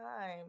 time